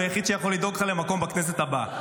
הוא היחיד שיכול לדאוג לך למקום בכנסת הבאה.